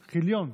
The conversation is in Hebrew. כילְיון,